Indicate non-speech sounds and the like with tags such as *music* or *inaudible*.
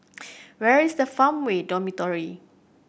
*noise* where is Farmway Dormitory